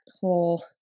whole